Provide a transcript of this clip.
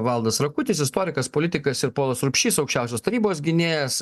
valdas rakutis istorikas politikas ir polas rupšys aukščiausios tarybos gynėjas